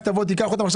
רק תבוא ותיקח אותם.